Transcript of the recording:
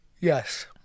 Yes